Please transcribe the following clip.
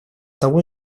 того